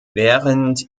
während